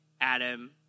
Adam